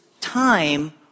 time